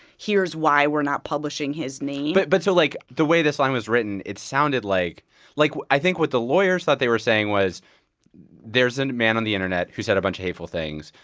here's why we're not publishing his name but but so, like, the way this line was written, it sounded like like, i think what the lawyers thought they were saying was there's a and man on the internet who said a bunch of hateful things,